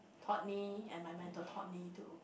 taught me and my mentor taught me to